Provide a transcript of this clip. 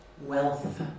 wealth